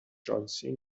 شانسی